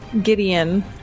Gideon